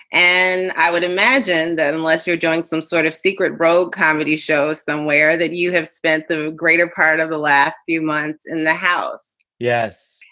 and i would imagine that unless you're doing some sort of secret road comedy show somewhere that you have spent the greater part of the last few months in the house. yes.